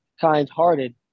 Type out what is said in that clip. kind-hearted